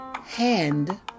Hand